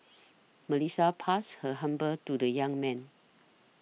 Melissa passed her humble to the young man